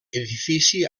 edifici